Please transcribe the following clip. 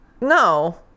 no